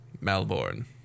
Melbourne